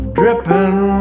dripping